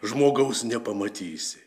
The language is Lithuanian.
žmogaus nepamatysi